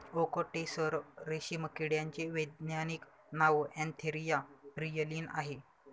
okay tasar रेशीम किड्याचे वैज्ञानिक नाव अँथेरिया प्रियलीन आहे